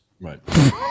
Right